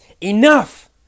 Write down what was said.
Enough